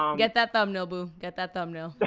um get that thumb nail boo, get that thumb nail.